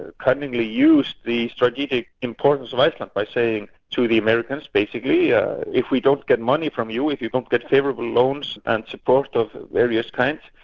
ah cunningly used the strategic importance of iceland by saying to the americans, basically, yeah if we don't get money from you, if we don't get favourable loans, and support of various kinds,